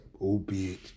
albeit